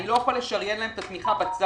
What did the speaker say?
אני לא יכול לשריין להם את התמיכה בצד.